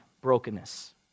brokenness